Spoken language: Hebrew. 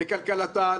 לכלכלתה,